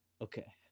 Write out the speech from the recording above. Okay